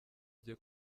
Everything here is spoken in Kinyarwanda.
bye